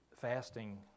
fasting